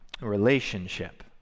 relationship